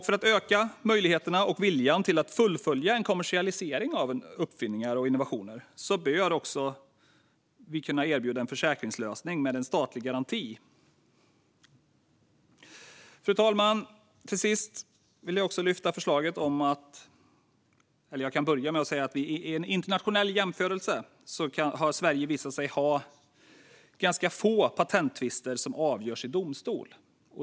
För att öka möjligheterna och viljan att fullfölja en kommersialisering av uppfinningar och innovationer bör en försäkringslösning med statlig garanti kunna erbjudas. Fru talman! I en internationell jämförelse har Sverige visat sig ha ganska få patenttvister som avgörs i domstol.